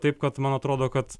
taip kad man atrodo kad